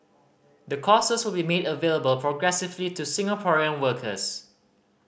the courses will be made available progressively to Singaporean workers